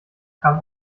kam